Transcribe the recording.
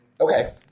Okay